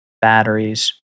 batteries